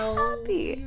happy